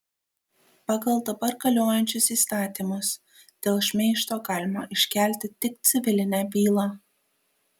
pagal dabar galiojančius įstatymus dėl šmeižto galima iškelti tik civilinę bylą